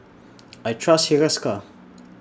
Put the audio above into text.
I Trust Hiruscar